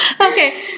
Okay